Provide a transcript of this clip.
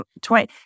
twice